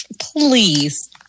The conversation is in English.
please